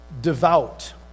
devout